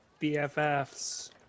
BFFs